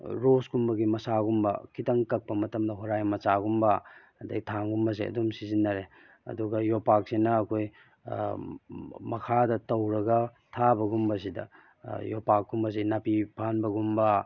ꯔꯣꯖꯀꯨꯝꯕꯒꯤ ꯃꯁꯥꯒꯨꯝꯕ ꯈꯤꯇꯪ ꯀꯛꯄ ꯃꯇꯝꯗ ꯍꯣꯔꯥꯏ ꯃꯆꯥꯒꯨꯝꯕ ꯑꯗꯩ ꯊꯥꯡꯒꯨꯝꯁꯦꯕ ꯑꯗꯨꯝ ꯁꯤꯖꯤꯟꯅꯔꯦ ꯑꯗꯨꯒ ꯌꯣꯄꯥꯛꯁꯤꯅ ꯑꯩꯈꯣꯏ ꯃꯈꯥꯗ ꯇꯧꯔꯒ ꯊꯥꯕꯒꯨꯝꯕꯁꯤꯗ ꯌꯣꯄꯥꯛꯀꯨꯝꯕꯁꯦ ꯅꯥꯄꯤ ꯐꯥꯟꯒꯨꯝꯕ